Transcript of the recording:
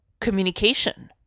communication